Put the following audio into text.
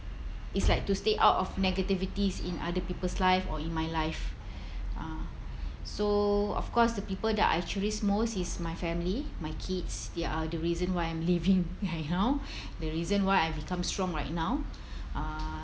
it's like to stay out of negativities in other people's life or in my life uh so of course the people that I cherish most is my family my kids they are the reason why I am living you know the reason why I become strong right now uh